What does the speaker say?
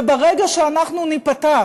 וברגע שאנחנו ניפתח